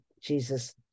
Jesus